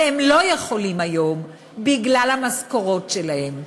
והם לא יכולים היום בגלל המשכורות שלהם.